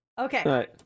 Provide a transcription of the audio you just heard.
Okay